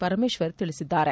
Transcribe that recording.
ಪರಮೇಶ್ವರ್ ತಿಳಿಸಿದ್ದಾರೆ